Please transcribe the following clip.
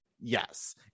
yes